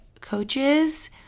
coaches